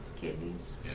Kidneys